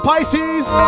Pisces